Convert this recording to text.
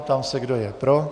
Ptám se, kdo je pro.